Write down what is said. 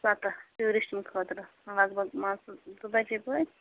پگاہ ٹیوٗرِسٹَن خٲطرٕ لگ بگ مان ژٕ زٕ بَجے پٲٹھۍ